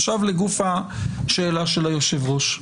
עכשיו לגוף השאלה של היושב-ראש.